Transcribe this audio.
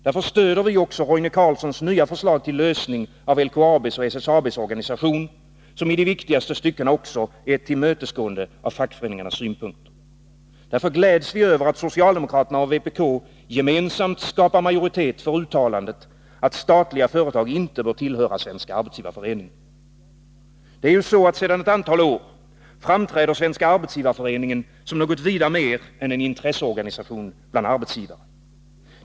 Därför stöder vi också Roine Carlssons nya förslag till lösning av LKAB:s och SSAB:s organisation, som i de viktigaste styckena också innebär ett tillmötesgående av fackföreningarnas synpunkter. Därför gläds vi över att socialdemokraterna och vpk gemensamt skapar majoritet för uttalandet att statliga företag inte bör tillhöra Svenska arbetsgivareföreningen. Sedan ett antal år framträder Svenska arbetsgivareföreningen som något vida mer än en intresseorganisation bland arbetsgivare.